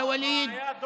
יא ווליד.) הבעיה,